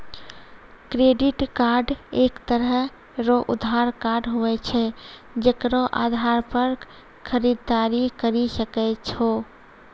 credit card एक तरह रो उधार कार्ड हुवै छै जेकरो आधार पर खरीददारी करि सकै छो